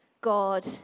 God